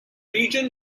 region